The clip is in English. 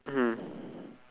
mm